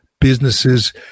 businesses